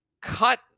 cut